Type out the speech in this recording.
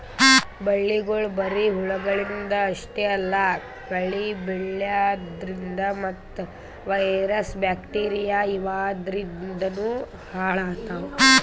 ಬೆಳಿಗೊಳ್ ಬರಿ ಹುಳಗಳಿಂದ್ ಅಷ್ಟೇ ಅಲ್ಲಾ ಕಳಿ ಬೆಳ್ಯಾದ್ರಿನ್ದ ಮತ್ತ್ ವೈರಸ್ ಬ್ಯಾಕ್ಟೀರಿಯಾ ಇವಾದ್ರಿನ್ದನೂ ಹಾಳಾತವ್